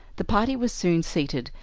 the party was soon seated,